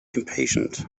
impatient